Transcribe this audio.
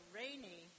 rainy